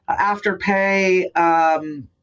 Afterpay